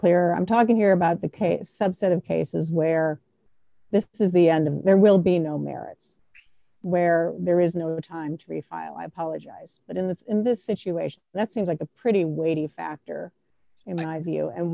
clear i'm talking here about the subset of cases where this is the end of there will be no merits where there is no time to refile i apologize but in this in this situation that seems like a pretty weighty factor in my view and